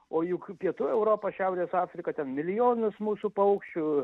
o juk pietų europa šiaurės afrika ten milijonus mūsų paukščių